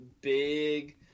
big